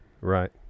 Right